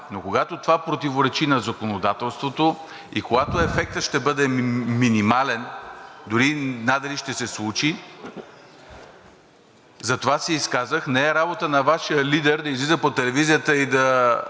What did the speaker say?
но когато това противоречи на законодателството и когато ефектът ще бъде минимален, дори надали ще се случи и затова се изказах, не е работа на Вашия лидер да излиза по телевизията и да